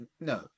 no